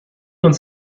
uns